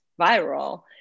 viral